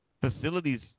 facilities –